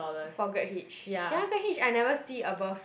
for Grab Hitch ya Grab Hitch I never see above